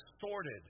distorted